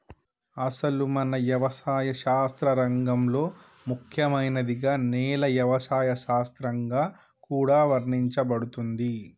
అసలు మన యవసాయ శాస్త్ర రంగంలో ముఖ్యమైనదిగా నేల యవసాయ శాస్త్రంగా కూడా వర్ణించబడుతుంది